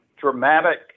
dramatic